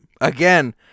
Again